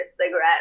cigarette